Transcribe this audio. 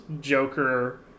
joker